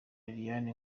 liliane